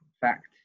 fact